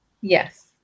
Yes